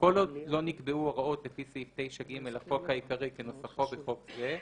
כל עוד לא נקבעו הוראות לפי סעיף 9(ג) לחוק העיקרי כנוסחו בחוק זה,